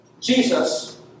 Jesus